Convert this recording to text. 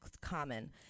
common